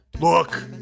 Look